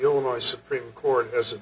illinois supreme court has a